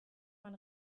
man